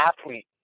athlete